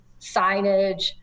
signage